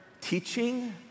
teaching